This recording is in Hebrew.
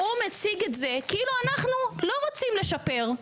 הוא מציג את זה כאילו אנחנו לא רוצים לשפר,